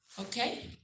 okay